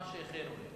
מה שהכינו לי.